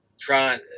trying